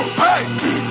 hey